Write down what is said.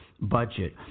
budget